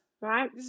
Right